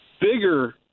bigger